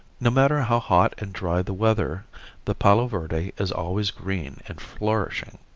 no matter how hot and dry the weather the palo verde is always green and flourishing.